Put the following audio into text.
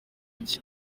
iki